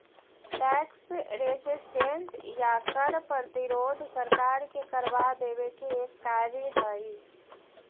tax resistance या कर प्रतिरोध सरकार के करवा देवे के एक कार्य हई